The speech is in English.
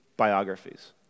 Biographies